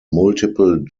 multiple